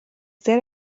there